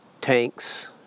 tanks